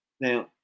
Now